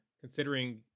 considering